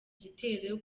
igitero